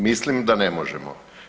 Mislim da ne možemo.